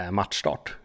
matchstart